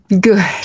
Good